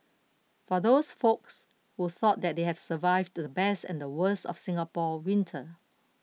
for those folks who thought that they have survived the best and the worst of Singapore winter